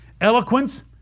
Eloquence